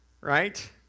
Right